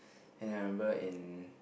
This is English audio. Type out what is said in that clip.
and then I remember in